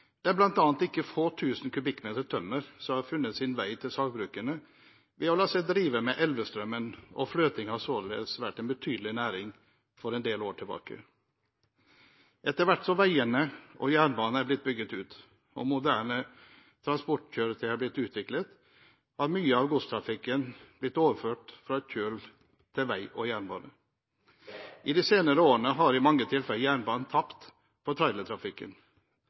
Det er bl.a. ikke få tusen kubikkmeter tømmer som har funnet sin vei til sagbrukene ved å la seg drive med elvestrømmen, og fløting har således vært en betydelig næring for en del år siden. Etter hvert som veiene og jernbanen har blitt bygget ut og moderne transportkjøretøy har blitt utviklet, har mye av godstrafikken blitt overført fra kjøl til vei og jernbane. I de senere årene har i mange tilfeller jernbanen tapt for trailertrafikken.